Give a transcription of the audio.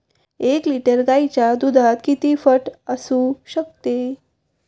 एक लिटर गाईच्या दुधात किती फॅट असू शकते?